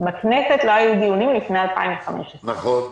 בכנסת לא היו דיונים לפני 2015. נכון.